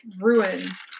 ruins